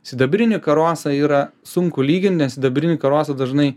sidabrinį karosą yra sunku lygint nes sidabriniai karosai dažnai